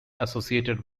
associated